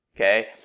Okay